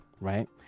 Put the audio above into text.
right